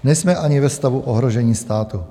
Nejsme ani ve stavu ohrožení státu.